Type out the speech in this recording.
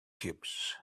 cubes